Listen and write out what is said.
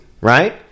Right